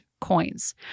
coins